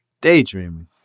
Daydreaming